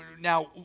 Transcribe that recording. now